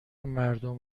مردم